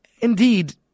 Indeed